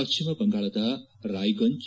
ಪಶ್ಚಿಮ ಬಂಗಾಳದ ರಾಯ್ಗಂಜ್